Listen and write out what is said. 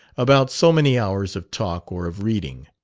about so many hours of talk or of reading.